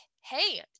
hey